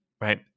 right